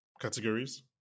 categories